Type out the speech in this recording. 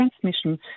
transmission